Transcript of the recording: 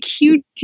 huge